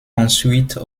ensuite